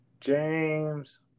James